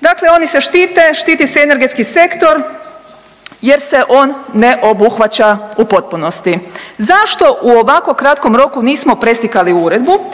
dakle oni se štite, štiti se energetski sektor jer se on ne obuhvaća u potpunosti. Zašto u ovako kratkom roku nismo preslikali uredbu,